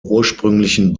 ursprünglichen